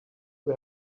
you